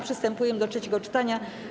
Przystępujemy do trzeciego czytania.